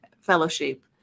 fellowship